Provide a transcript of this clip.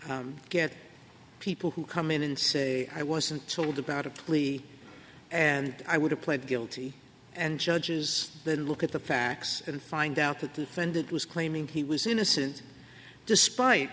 often get people who come in and say i wasn't told about a plea and i would have pled guilty and judges then look at the facts and find out that the fended was claiming he was innocent despite